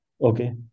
Okay